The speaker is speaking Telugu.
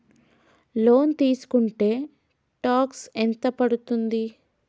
లోన్ తీస్కుంటే టాక్స్ ఎంత పడ్తుంది?